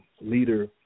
leader